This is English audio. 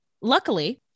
Luckily